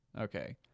Okay